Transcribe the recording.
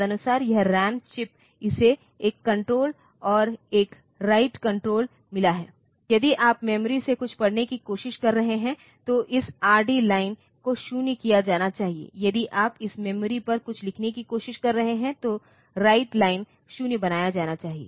तदनुसार यह RAM chip इसे एक कण्ट्रोल और एक WR कण्ट्रोल मिला है यदि आप मेमोरी से कुछ पढ़ने की कोशिश कर रहे हैं तो इस RD लाइन को 0 किया जाना चाहिए यदि आप इस मेमोरी पर कुछ लिखने की कोशिश कर रहे हैं तो यह WR लाइन 0 बनाया जाना चाहिए